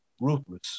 ruthless